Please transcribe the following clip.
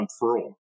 unfurl